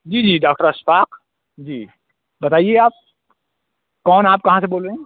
جی جی ڈاکٹر اشفاق جی بتائیے آپ کون آپ کہاں سے بول رہے ہیں